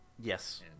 Yes